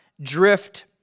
drift